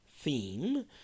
theme